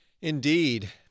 Indeed